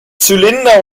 zylinder